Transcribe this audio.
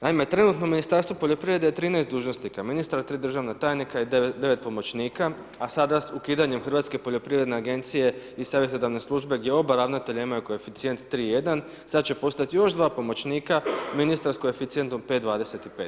Naime trenutno Ministarstvo poljoprivrede, je 13 dužnosnika, ministar, 3 državna tajnika i 9 pomoćnika, a sada ukidanjem Hrvatske poljoprivredne agencije, i savjetodavna službe gdje oba ravnatelja imaju koeficijent 3,1 sada će postati još 2 pomoćnika ministar s koeficijentom 5,25.